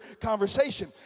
conversation